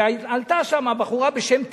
ועלתה שם בחורה בשם טלי,